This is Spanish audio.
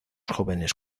jóvenes